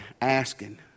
asking